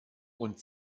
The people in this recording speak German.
und